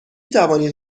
توانید